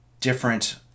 different